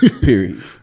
period